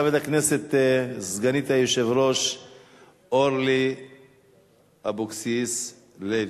חברת הכנסת סגנית היושב-ראש אורלי אבקסיס לוי.